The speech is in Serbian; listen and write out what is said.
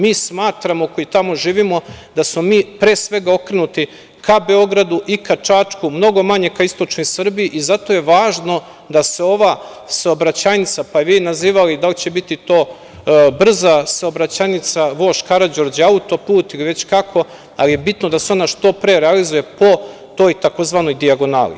Mi smatramo, koji tamo živimo, da smo mi pre svega okrenuti, ka Beogradu i ka Čačku, mnogo manje ka istočnoj Srbiji i zato je važno da se ova saobraćajnica, pa je vi nazivali da li će to biti brza saobraćajnica „vožd Karađorđe“ auto-put ili već kako, ali je bitno da se ona što pre realizuje po toj tzv. dijagonali.